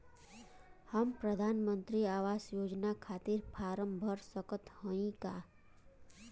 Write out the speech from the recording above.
हम प्रधान मंत्री आवास योजना के खातिर फारम भर सकत हयी का?